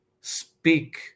speak